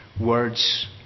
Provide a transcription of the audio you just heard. words